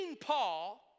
Paul